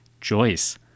Joyce